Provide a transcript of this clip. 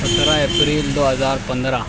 سترہ اپریل دو ہزار پندرہ